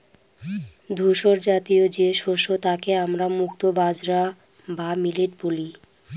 ধূসরজাতীয় যে শস্য তাকে আমরা মুক্তো বাজরা বা মিলেট বলি